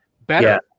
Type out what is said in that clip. better